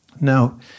Now